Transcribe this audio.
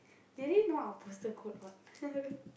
they already know our postal code what